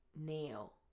Nail